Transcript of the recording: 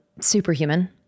superhuman